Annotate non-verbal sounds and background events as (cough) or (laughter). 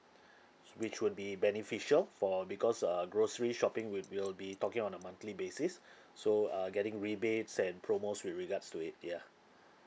(breath) which would be beneficial for because err grocery shopping we we'll be talking on a monthly basis (breath) so err getting rebates and promos with regards to it ya